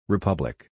Republic